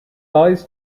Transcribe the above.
lies